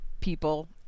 people